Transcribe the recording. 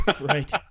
right